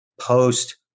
post